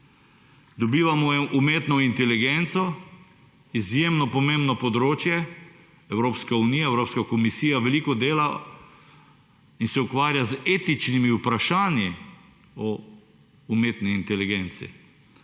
Dobivamo umetno inteligenco, izjemno pomembno področje. Evropska unija, Evropska komisija veliko dela in se ukvarja etičnimi vprašanji o umetni inteligenci.